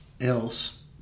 else